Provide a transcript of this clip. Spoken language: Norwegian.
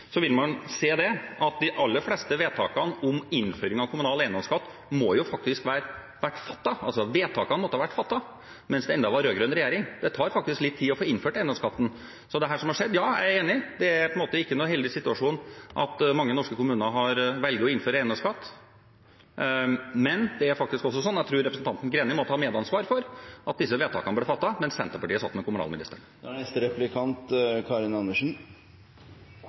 Så dette som har skjedd – ja, jeg er enig, det er ikke noen heldig situasjon at mange norske kommuner velger å innføre eiendomsskatt, men jeg tror at representanten Greni må ta medansvar, i og med at disse vedtakene ble fattet mens Senterpartiet satt med kommunalministeren. Det er